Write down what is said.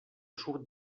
surt